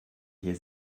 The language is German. hier